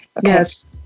yes